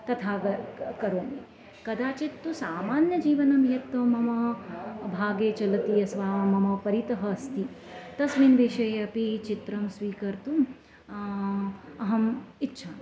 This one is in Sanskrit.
तथा ग करोमि कदाचित् तु सामान्यजीवनं यत् मम भागे चलति अस्माकं मम परितः अस्ति तस्मिन् विषये अपि चित्रं स्वीकर्तुम् अहम् इच्छामि